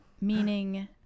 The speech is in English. meaning